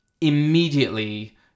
immediately